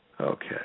okay